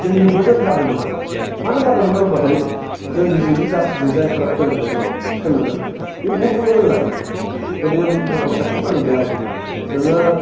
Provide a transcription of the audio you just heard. जोंनिखौबो जों गारनो मोना मानो गारनो मोना होनबाथाय जों निजिनि जाथिजों जायफोरा फोरोंगोन सोलोंगोन बे बहुथ थाबनो रोङो आरो उन्दै गथ' सासेखौ फोरोंनायाव नोङो